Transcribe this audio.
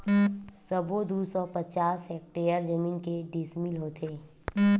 सबो दू सौ पचास हेक्टेयर जमीन के डिसमिल होथे?